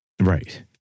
right